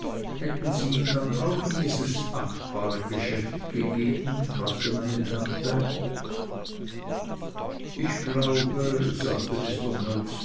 hätten sie ihn dann auch in dieses achtbare geschäft gegeben fragte meine tante ich glaube sagte